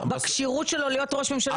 בכשירות שלו להיות ראש ממשלה?